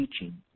teaching